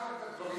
נבחן את הדברים.